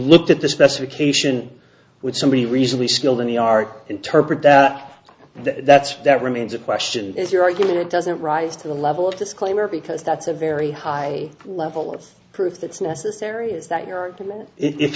looked at the specification would somebody recently skilled in the art interpret that that's that remains of question is your argument it doesn't rise to the level of disclaimer because that's a very high level of proof that's necessary is that your argument if